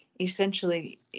essentially